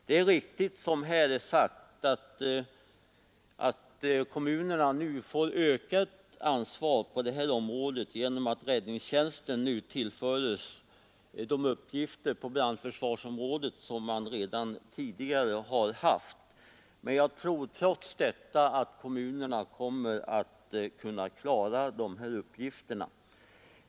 Det är riktigt som här sagts, att kommunerna nu lag m.m. får ökat ansvar på detta område genom att räddningstjänsten tillföres de uppgifter på brandförsvarsområdet som man redan tidigare har haft. Men jag tror trots detta att kommunerna kommer att kunna klara de här uppgifterna.